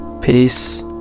Peace